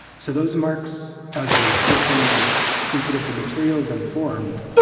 so those marks, as a person sensitive to materials and form,